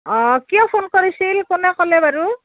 অঁ কিয় ফোন কৰিছিল কোনে ক'লে বাৰু